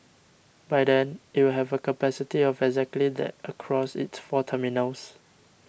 by then it will have a capacity of exactly that across its four terminals